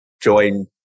join